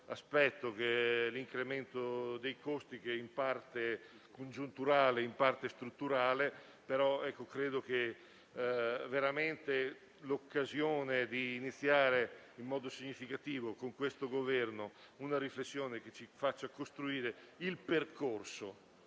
all'incremento dei costi, che in parte è congiunturale e, in parte, strutturale. Credo però che non dobbiamo perdere l'occasione di iniziare in modo significativo con il Governo una riflessione che ci faccia costruire il percorso